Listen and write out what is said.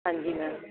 ਹਾਂਜੀ ਮੈਮ